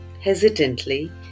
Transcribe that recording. Hesitantly